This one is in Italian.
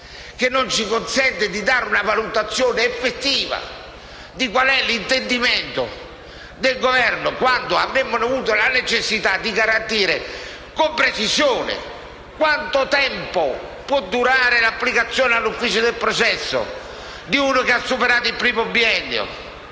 non ci consente di esprimere una valutazione effettiva di qual è l'intendimento del Governo. Avremmo avuto la necessità di garantire con precisione quanto tempo può durare l'applicazione all'ufficio per il processo di uno che ha superato il primo biennio